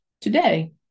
Today